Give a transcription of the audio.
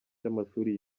cy’amashuri